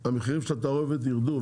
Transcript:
שהמחירים של התערובת ירדו.